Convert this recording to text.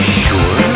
sure